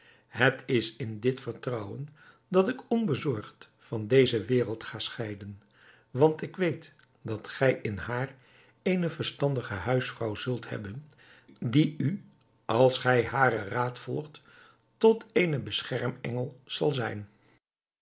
het is in dit vertrouwen dat ik onbezorgd van deze wereld ga scheiden want ik weet dat gij in haar eene verstandige huisvrouw zult hebben die u als gij haren raad volgt tot eene beschermengel zal zijn